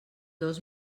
dos